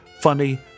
funny